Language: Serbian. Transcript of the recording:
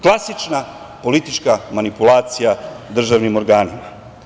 Klasična politička manipulacija državnim organima.